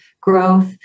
growth